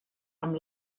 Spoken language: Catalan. amb